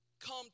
come